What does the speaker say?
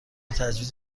تجویز